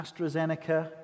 AstraZeneca